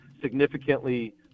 significantly